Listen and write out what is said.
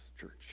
church